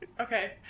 okay